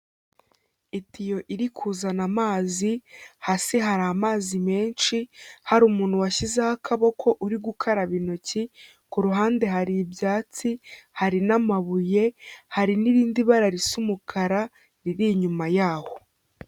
Itiyo iri kuzana amazi hasi hari amazi menshi hari umuntu washyizeho akaboko uri gukaraba intoki, ku ruhande hari ibyatsi hari n'amabuye hari n'irindi bara risa umukara riri inyuma yaho.